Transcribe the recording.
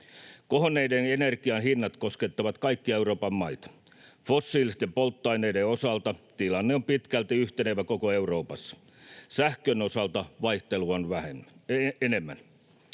Kohonneet energian hinnat koskettavat kaikkia Euroopan maita. Fossiilisten polttoaineiden osalta tilanne on pitkälti yhtenevä koko Euroopassa, sähkön osalta vaihtelua on enemmän.